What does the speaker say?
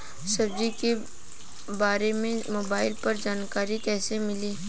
सब्जी के बारे मे मोबाइल पर जानकारी कईसे मिली?